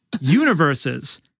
universes